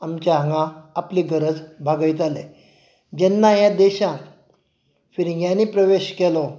आमच्या हांगा आपली गरज बागयताले जेन्ना ह्या देशांत फिर्ग्यांनी प्रवेश केलो